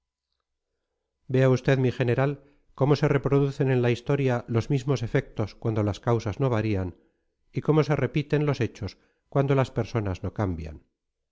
vea usted mi general cómo se reproducen en la historia los mismos efectos cuando las causas no varían y cómo se repiten los hechos cuando las personas no cambian